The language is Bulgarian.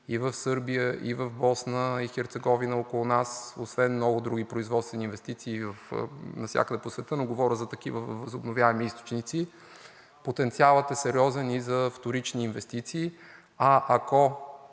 и в Сърбия, и в Босна и Херцеговина около нас, освен много други производствени инвестиции навсякъде по света, но говоря за такива възобновяеми източници. Потенциалът е сериозен и за вторични инвестиции. А ако